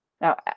Now